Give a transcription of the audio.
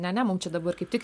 ne ne mum čia dabar kaip tik